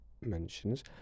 mentions